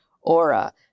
aura